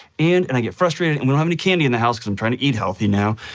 and and i get frustrated, and we don't have any candy in the house because i'm trying to eat healthy now.